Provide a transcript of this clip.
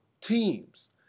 teams